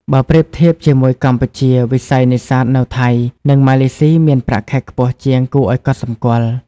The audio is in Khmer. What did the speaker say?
បើប្រៀបធៀបជាមួយកម្ពុជា វិស័យនេសាទនៅថៃ និងម៉ាឡេស៊ីមានប្រាក់ខែខ្ពស់ជាងគួរឱ្យកត់សម្គាល់។